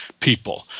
people